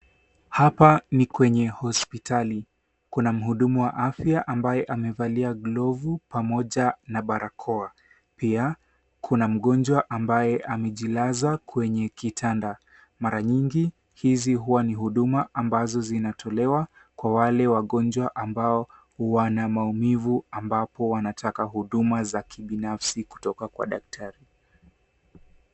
Hapa ni kwenye haspitali, kuna mhudumu wa afya ambaye amevalia glovu pamoja na barakoa, pia kuna mgonjwa ambaye amejilaza kwenye kitanda. Mara nyingi hizi hua ni huduma ambazo zinatolewa kwa wagonjwa ambao wana maumivu ambapo wanataka huduma za kibinafsi kutoka kwa daktari.